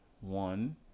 one